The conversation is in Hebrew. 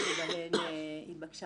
שבהן התבקשה